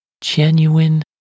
genuine